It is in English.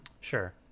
sure